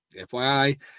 FYI